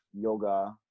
yoga